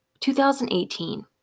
2018